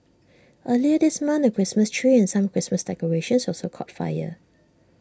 earlier this month A Christmas tree and some Christmas decorations also caught fire